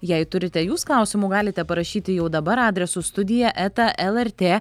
jei turite jūs klausimų galite parašyti jau dabar adresu studija eta lrt